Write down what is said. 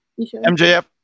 MJF